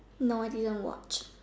no I didn't watch